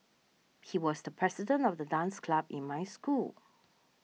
he was the president of the dance club in my school